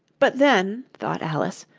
but then thought alice,